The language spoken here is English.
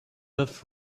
off